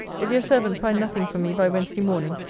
if your servant find nothing from me by wednesday morning,